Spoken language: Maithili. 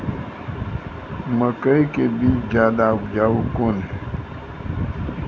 मकई के बीज ज्यादा उपजाऊ कौन है?